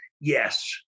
Yes